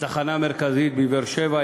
בתחנה המרכזית בבאר-שבע,